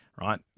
right